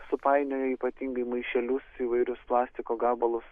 supainioja ypatingai maišelius įvairius plastiko gabalus